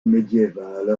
médiévale